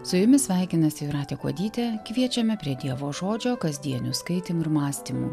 su jumis sveikinasi jūratė kuodytė kviečiame prie dievo žodžio kasdienių skaitymų ir mąstymų